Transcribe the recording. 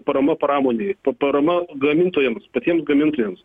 parama pramonei parama gamintojams patiems gamintojams